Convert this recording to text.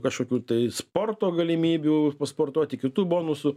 kažkokių tai sporto galimybių pasportuoti kitų bonusų